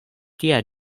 tia